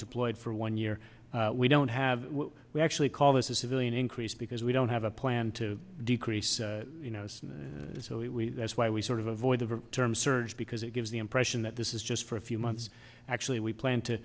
deployed for one year we don't have we actually call this a civilian increase because we don't have a plan to decrease it so we as why we sort of avoid the term surge because it gives the impression that this is just for a few months actually we plan to